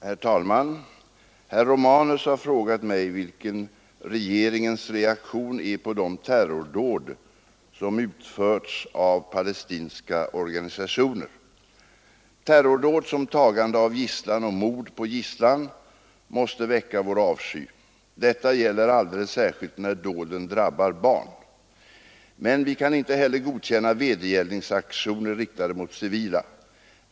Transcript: Herr talman! Herr Romanus har frågat mig vilken regeringens reaktion är på de terrordåd som utförts av palestinska organisationer. Terrordåd, såsom tagande av gisslan och mord på gisslan, måste väcka vår avsky. Detta gäller alldeles särskilt när dåden drabbar barn. Men vi kan inte heller godkänna vedergällningsaktioner riktade mot civila..